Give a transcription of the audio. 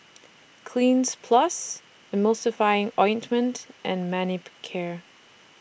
Cleanz Plus Emulsying Ointment and Manicare